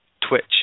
twitch